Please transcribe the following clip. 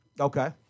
Okay